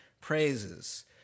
praises